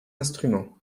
instruments